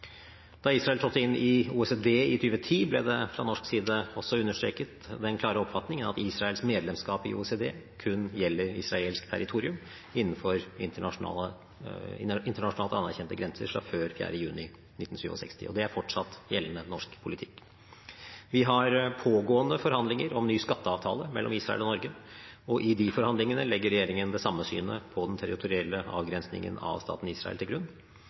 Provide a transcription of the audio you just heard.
Da Israel trådte inn i OECD i 2010, ble det fra norsk side også understreket den klare oppfatningen om at Israels medlemskap i OECD kun gjelder israelsk territorium innenfor internasjonalt anerkjente grenser fra før 4. juni 1967. Dette er fortsatt gjeldende norsk politikk. Vi har pågående forhandlinger om ny skatteavtale mellom Israel og Norge, og i de forhandlingene legger regjeringen det samme synet på den territorielle avgrensningen av staten Israel til grunn.